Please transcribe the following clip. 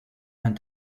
and